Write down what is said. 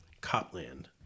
Copland